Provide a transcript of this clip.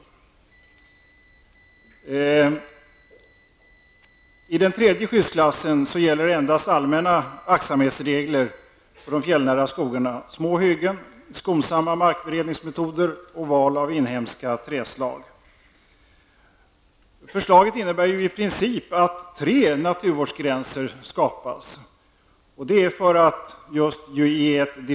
I den tredje skyddsklassen finns endast de allmänna aktsamhetsregler som gäller i de fjällnära skogarna, dvs. små hyggen, skonsamma markberedningsmetoder och val av inhemska trädslag. Förslaget innebär i princip att tre naturvårdsgränser skapas.